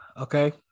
Okay